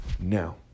Now